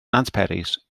nantperis